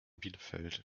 bielefeld